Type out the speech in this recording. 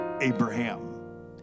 Abraham